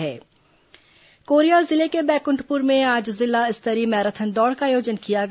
जिला स्तरीय मैराथन कोरिया जिले के बैकुंठपुर में आज जिला स्तरीय मैराथन दौड़ का आयोजन किया गया